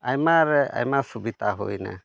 ᱟᱭᱢᱟ ᱨᱮ ᱟᱭᱢᱟ ᱥᱩᱵᱤᱫᱷᱟ ᱦᱩᱭᱮᱱᱟ